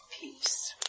peace